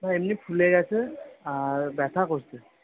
এমনি ফুলে গেছে আর ব্যথা করছে